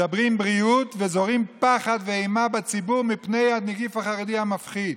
מדברים בריאות וזורים פחד ואימה בציבור מפני הנגיף החרדי המפחיד.